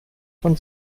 von